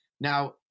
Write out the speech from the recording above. Now